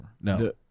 No